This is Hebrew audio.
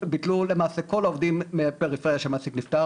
למעשה כל העובדים מהפריפריה שהמעסיק שלהם נפטר,